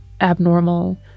abnormal